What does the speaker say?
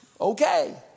okay